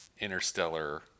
interstellar